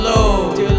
Lord